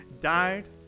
Died